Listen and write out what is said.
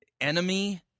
enemy